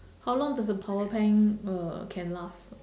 how long does the power bank uh can last